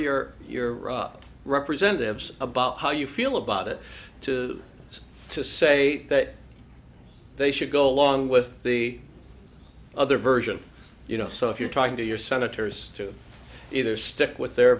your your raw representatives about how you feel about it to us to say that they should go along with the other version you know so if you're talking to your senators to either stick with their